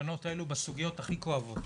בתקנות האלו בסוגיות הכי כואבות: